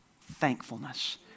thankfulness